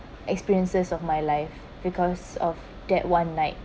experiences of my life because of that one night